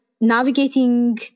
navigating